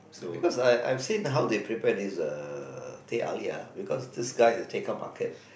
because I I've seen how they prepare this uh teh-halia because this guy at the Tekkah market